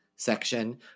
section